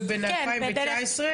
וב-2019?